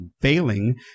failing